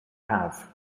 have